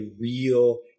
real